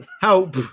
Help